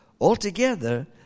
Altogether